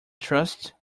trust